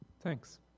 Thanks